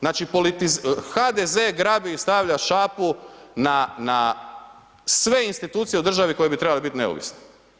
Znači HDZ grabi i stavlja šapu na sve institucije u državi koje bi trebale biti neovisne.